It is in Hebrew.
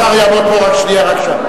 כבוד השר יעמוד פה רק שנייה, בבקשה.